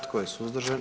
Tko je suzdržan?